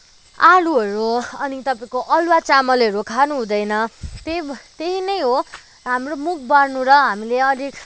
आलुहरू अनि तपाईँको अलुवा चामलहरू खानु हुँदैन त्यही त्यही नै हाम्रो मुख बार्नु र हामीले अलिक